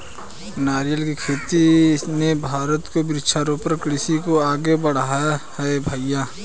नारियल की खेती ने भारत को वृक्षारोपण कृषि को आगे बढ़ाया है भईया